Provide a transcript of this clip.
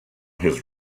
his